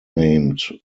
named